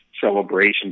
celebration